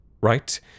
Right